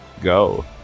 go